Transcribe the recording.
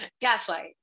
gaslight